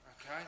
okay